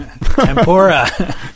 Tempura